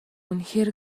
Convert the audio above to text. үнэхээр